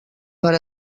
per